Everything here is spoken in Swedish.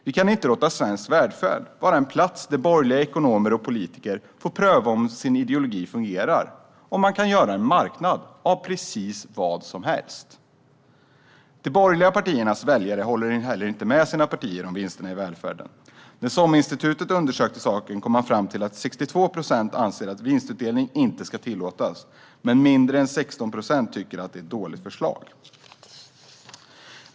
Vi kan inte låta svensk välfärd vara en plats där borgerliga ekonomer och politiker får pröva om deras ideologi fungerar - om man kan göra en marknad av precis vad som helst. De borgerliga partiernas väljare håller heller inte med sina partier om vinsterna i välfärden. När SOM-institutet undersökte saken kom man fram till att 62 procent anser att vinstutdelning inte ska tillåtas medan mindre än 16 procent tycker att det är ett dåligt förslag.